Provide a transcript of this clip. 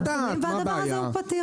הדבר הזה הוא פתיר.